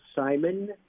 Simon